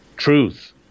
Truth